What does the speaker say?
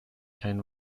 kein